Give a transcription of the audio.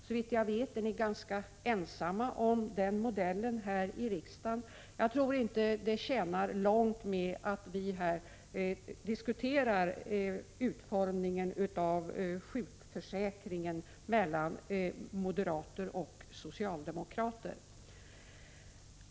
Såvitt jag vet är ni ganska ensamma om den modellen här i riksdagen. Jag tror inte att det tjänar mycket till att vi här mellan moderater och socialdemokrater diskuterar utformningen av sjukförsäkringen.